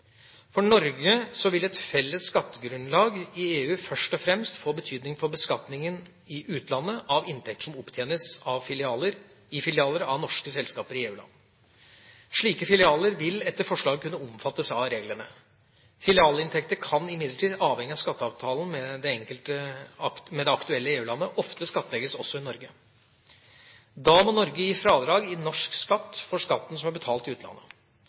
For Norge vil et felles skattegrunnlag i EU først og fremst få betydning for beskatningen i utlandet av inntekter som opptjenes i filialer av norske selskaper i EU-land. Slike filialer vil etter forslaget kunne omfattes av reglene. Filialinntekter kan imidlertid, avhengig av skatteavtalen med det aktuelle EU-landet, ofte skattlegges også i Norge. Da må Norge gi fradrag i norsk skatt for skatten som er betalt i utlandet.